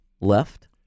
left